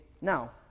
now